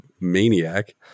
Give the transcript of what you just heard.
maniac